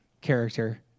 character